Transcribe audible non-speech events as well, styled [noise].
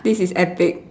[laughs] this is epic